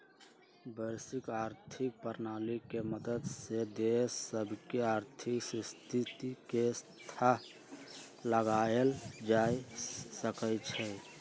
वैश्विक आर्थिक प्रणाली के मदद से देश सभके आर्थिक स्थिति के थाह लगाएल जा सकइ छै